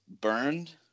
burned